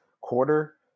quarter